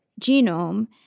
genome